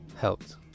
helped